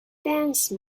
dance